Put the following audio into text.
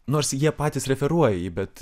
nors jie patys referuoja jį bet